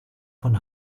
von